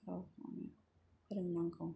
रावखौ फोरोंनांगौ